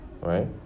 right